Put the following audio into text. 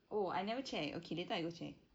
oh I never check okay later I go check